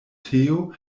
teo